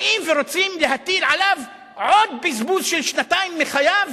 באים ורוצים להטיל עליו עוד בזבוז של שנתיים מחייו